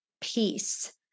peace